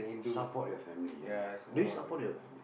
support your family ah do you support your family